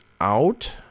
out